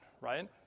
right